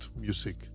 music